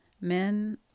Men